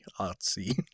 artsy